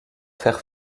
faire